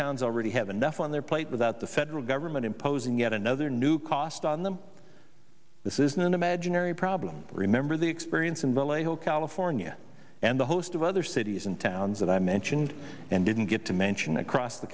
towns already have enough on their plate without the federal government imposing yet another new cost on them this isn't an imaginary problem remember the experience in vallejo california and a host of other cities and towns that i mentioned and didn't get to mention across the